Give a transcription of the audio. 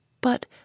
But